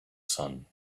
sun